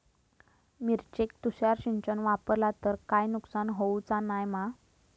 मिरचेक तुषार सिंचन वापरला तर काय नुकसान होऊचा नाय मा?